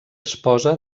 esposa